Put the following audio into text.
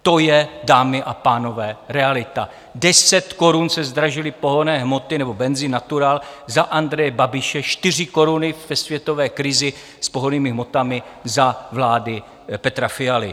To je, dámy a pánové, realita, 10 korun se zdražily pohonné hmoty nebo benzin natural za Andreje Babiše, 4 koruny ve světové krizi s pohonnými hmotami za vlády Petra Fialy.